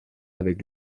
avec